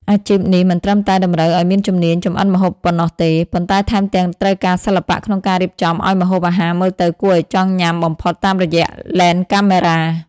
អាជីពនេះមិនត្រឹមតែតម្រូវឱ្យមានជំនាញចម្អិនម្ហូបប៉ុណ្ណោះទេ ប៉ុន្តែថែមទាំងត្រូវការសិល្បៈក្នុងការរៀបចំឱ្យម្ហូបអាហារមើលទៅគួរឱ្យចង់ញ៉ាំបំផុតតាមរយៈឡេនកាមេរ៉ា។